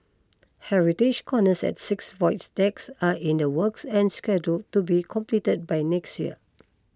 heritage corners at six void decks are in the works and scheduled to be completed by next year